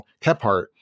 Kephart